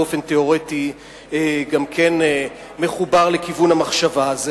באופן תיאורטי גם כן מחובר לכיוון המחשבה הזה.